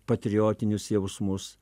patriotinius jausmus